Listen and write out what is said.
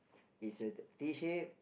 is a T shape